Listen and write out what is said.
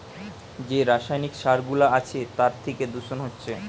যে রাসায়নিক সার গুলা আছে তার থিকে দূষণ হচ্ছে